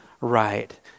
right